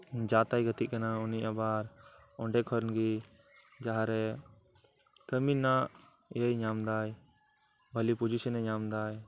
ᱡᱟ ᱛᱟᱭ ᱜᱟᱛᱮᱜ ᱠᱟᱱᱟ ᱩᱱᱤ ᱟᱵᱟᱨ ᱚᱸᱰᱮ ᱠᱷᱚᱱ ᱜᱮ ᱡᱟᱦᱟᱸᱨᱮ ᱠᱟᱢᱤᱱᱟᱜ ᱮ ᱧᱟᱢ ᱫᱟᱭ ᱵᱷᱟᱹᱞᱤ ᱯᱚᱡᱤᱥᱮᱱᱮ ᱧᱟᱢ ᱮᱫᱟᱭ